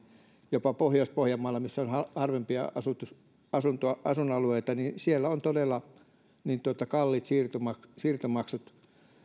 jopa pohjois pohjanmaalle missä on harvempia asuinalueita niin siellä on todella kalliit siirtomaksut